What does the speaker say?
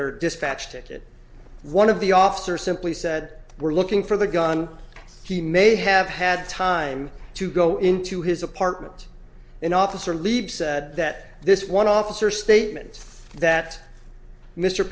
their dispatch ticket one of the officers simply said we're looking for the gun he may have had time to go into his apartment an officer leaves that this one officer statements that mr